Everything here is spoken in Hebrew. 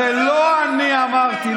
הרי לא אני אמרתי,